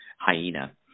hyena